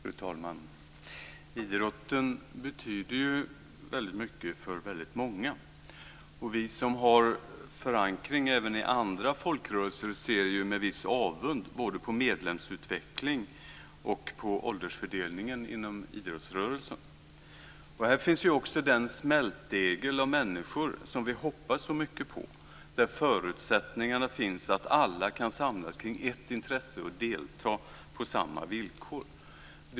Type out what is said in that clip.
Fru talman! Idrotten betyder väldigt mycket för väldigt många. Vi som har förankring även i andra folkrörelser ser ju med viss avund på både medlemsutveckling och åldersfördelning inom idrottsrörelsen. Här finns ju också den smältdegel av människor som vi hoppas så mycket på, där förutsättningarna finns att alla kan samlas kring ett intresse och delta på samma villkor.